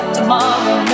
tomorrow